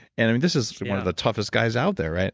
and i mean, this is one of the toughest guys out there,